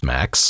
Max